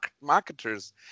marketers